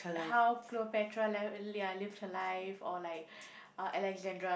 how Cleopetra left ya live her life or like uh Alexandra